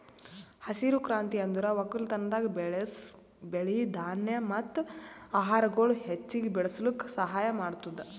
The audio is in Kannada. ಹಸಿರು ಕ್ರಾಂತಿ ಅಂದುರ್ ಒಕ್ಕಲತನದಾಗ್ ಬೆಳಸ್ ಬೆಳಿ, ಧಾನ್ಯ ಮತ್ತ ಆಹಾರಗೊಳ್ ಹೆಚ್ಚಿಗ್ ಬೆಳುಸ್ಲುಕ್ ಸಹಾಯ ಮಾಡ್ತುದ್